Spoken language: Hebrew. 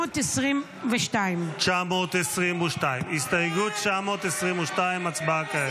922. 922. הסתייגות 922, הצבעה כעת.